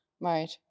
Right